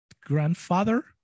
grandfather